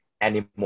anymore